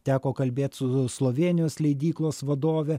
teko kalbėt su slovėnijos leidyklos vadove